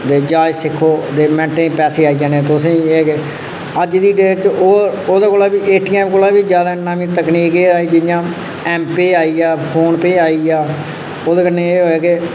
दे जाच सिक्खो मैंटै च पैसे आई जाने तुसें ई एह् ऐ कि अज्ज दी डेट च ओह् ओह्दे कोला बी ए टी ऐम कोला बी ज्यादा नमीं तकनीक एह् आई जि'यां ऐम्म पे आई आ फोन पे आई आ ओह्दे कन्नै एह् होआ केह्